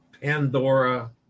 Pandora